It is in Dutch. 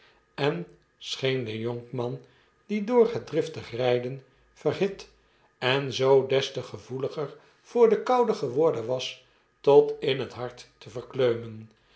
en scheen den jonkman clie door het driftig rijden verhit en zoo des te gevoeliger voor de koude geworden was tot in het hart te verkleumen